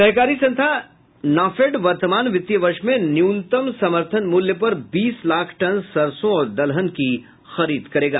सहकारी संस्था नाफेड वर्तमान वर्ष में न्यूनतम समर्थन मूल्य पर बीस लाख टन सरसों और दलहन की खरीद करेगा